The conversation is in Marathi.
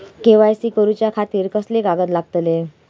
के.वाय.सी करूच्या खातिर कसले कागद लागतले?